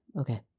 okay